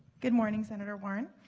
good morning, senator warren.